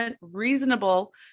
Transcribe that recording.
reasonable